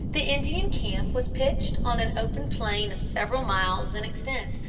the indian camp was pitched on an open plain of several miles in extent,